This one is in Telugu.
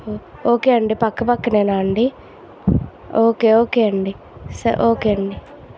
ఓకే అండి పక్కపక్కనేనా అండి ఓకే ఓకే అండి స ఓకే అండి